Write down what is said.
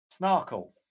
Snarkle